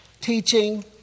teaching